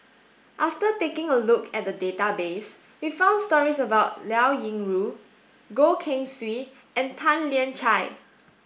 after taking a look at the database we found stories about Liao Yingru Goh Keng Swee and Tan Lian Chye